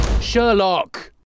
Sherlock